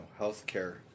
healthcare